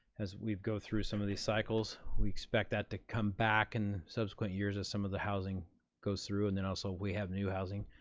as we go through some of these cycles, we expect that to come back in subsequent years as some of the housing goes through, and then also if we have new housing.